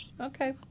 Okay